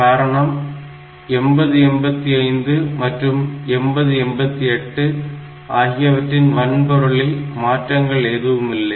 காரணம் 8085 மற்றும் 8088 ஆகியவற்றின் வன்பொருளில் மாற்றங்கள் எதுவுமில்லை